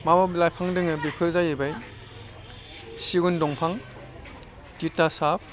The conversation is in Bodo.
मा मा लाइफां दङ बेफोर जाहैबाय सिगुन दंफां थितासाप